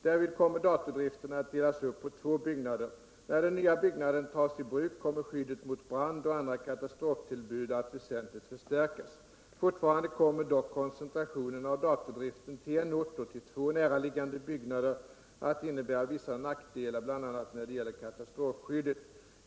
Därvid kommer datordriften att delas upp på två byggnader. När den nya byggnaden tas i bruk, kommer skyddet mot brand och andra katastroftillbud att väsentligt förstärkas. Fortfarande kommer dock koncentrationen av datordriften till en ort och till två näraliggande byggnader att innebära vissa nackdelar, bl.a. när det gäller katastrofskyddet.